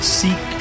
seek